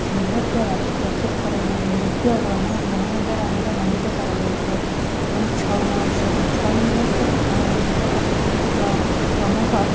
silver ଦ୍ଵାରା ପ୍ରସ୍ତୁତି କରାଯାଇଥାଏ ରୋପ୍ୟ ଗ୍ରହ ଗ୍ରହଣ ଗହଣା ଦ୍ଵାରା ମଧ୍ୟ ମଣ୍ଡିତ କରାଯାଇଥାଏ ଏବଂ ଛଉ ମହୋତ୍ସବ ଛଉ ମହୋତ୍ସବ ଆମ ଓଡ଼ିଶାରେ ଏକ ପ୍ରମୁଖ